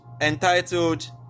entitled